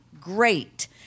great